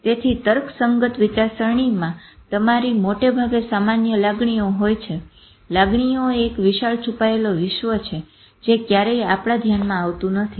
તેથી તર્કસંગત વિચારસરણીમાં તમારી મોટે ભાગે સામાન્ય લાગણીઓ હોય છે લાગણીએ એક વિશાળ છુપાયેલ વિશ્વ છે જે ક્યારેય આપણા ધ્યાનમાં આવતું નથી